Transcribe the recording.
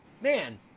man